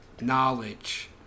knowledge